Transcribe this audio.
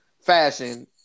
fashion